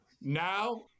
Now